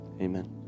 Amen